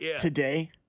today